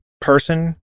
person